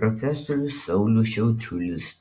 profesorius saulius šiaučiulis